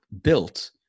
built